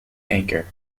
anchor